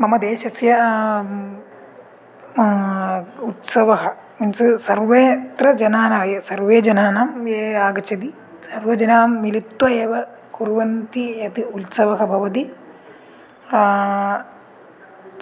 मम देशस्य उत्सवः सर्वे त्र जनाः ये सर्वे जनानां ये आगच्छन्ति सर्वे जनाः मिलित्वा एव कुर्वन्ति यत् उत्सवः भवति